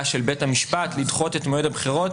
של בית המשפט לדחות את מועד הבחירות,